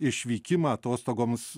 išvykimą atostogoms